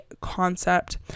concept